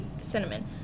cinnamon